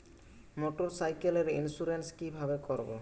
মোটরসাইকেলের ইন্সুরেন্স কিভাবে করব?